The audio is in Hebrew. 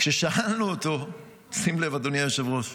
כששאלנו אותו, שים לב, אדוני היושב-ראש,